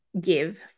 give